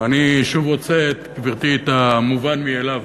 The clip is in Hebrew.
אני שוב רוצה, גברתי, את המובן מאליו,